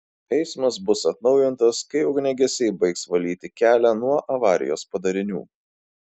eismas bus atnaujintas kai ugniagesiai baigs valyti kelią nuo avarijos padarinių